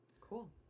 Cool